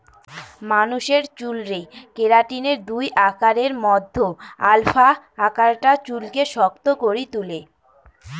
মানুষের চুলরে কেরাটিনের দুই আকারের মধ্যে আলফা আকারটা চুলকে শক্ত করি তুলে